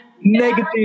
negative